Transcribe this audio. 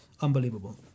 unbelievable